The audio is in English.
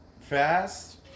fast